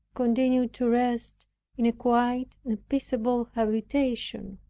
continued to rest in a quiet and peaceable habitation.